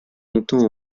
longtemps